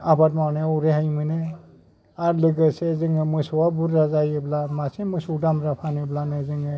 आबाद मावनायाव रेहाय मोनो आरो लोगोसे जोङो मोसौआ बुरजा जायोब्ला मासे मोसौ दामब्रा फानोब्लानो जोङो